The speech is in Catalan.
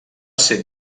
ser